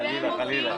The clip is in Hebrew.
חלילה.